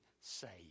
saved